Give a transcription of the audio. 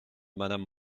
madame